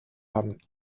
haben